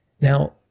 Now